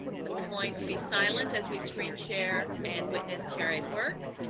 so we're going to be silent as we screen share and witness tiare's work,